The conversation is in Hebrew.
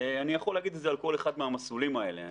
ואני יכול להגיד את זה על כל אחד מהמסלולים האלה.